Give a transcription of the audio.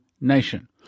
nation